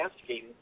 asking